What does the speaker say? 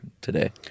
today